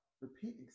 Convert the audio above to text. repeat